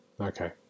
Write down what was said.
Okay